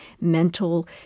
mental